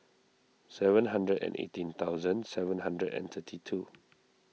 seven hundred and eighteen thousand seven hundred and thirty two